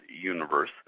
universe